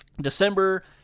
December